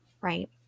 Right